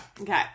Okay